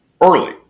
early